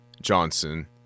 Johnson